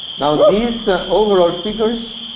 now these overall figures